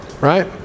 right